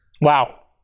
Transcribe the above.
Wow